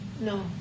No